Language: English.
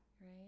Right